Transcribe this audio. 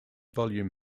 volume